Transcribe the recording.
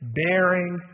bearing